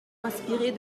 inspirée